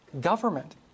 Government